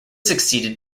succeeded